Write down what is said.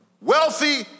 wealthy